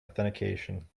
authentication